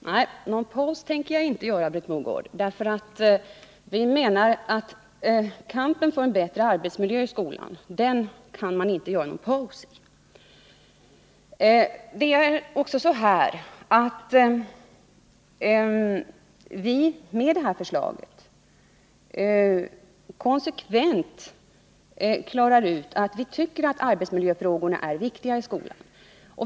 Herr talman! Nej, någon paus tänker jag inte göra, Britt Mogård! Kampen för en bättre arbetsmiljö i skolan kan man inte göra någon paus i. Med det här förslaget visar vi att vi är konsekventa i vår uppfattning att arbetsmiljöfrågorna är viktiga i skolan.